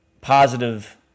positive